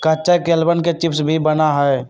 कच्चा केलवन के चिप्स भी बना हई